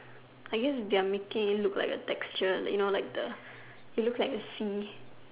I guess they are making it look like a texture like you know like the it looks like a sea